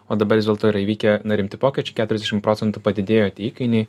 o dabar vis dėlto yra įvykę na rimti pokyčiai keturiasdešim procentų padidėjo įkainiai